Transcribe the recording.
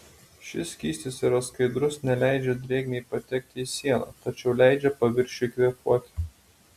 šis skystis yra skaidrus neleidžia drėgmei patekti į sieną tačiau leidžia paviršiui kvėpuoti